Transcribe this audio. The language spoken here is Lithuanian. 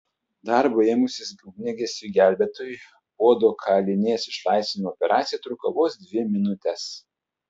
darbo ėmusis ugniagesiui gelbėtojui puodo kalinės išlaisvinimo operacija truko vos dvi minutes